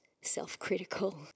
self-critical